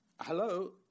hello